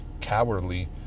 cowardly